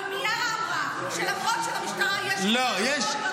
אבל מיארה אמרה שלמרות שלמשטרה יש --- לא לחקור.